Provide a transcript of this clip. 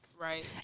Right